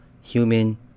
human